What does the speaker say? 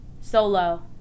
solo